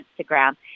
Instagram